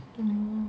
oh